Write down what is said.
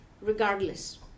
Regardless